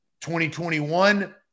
2021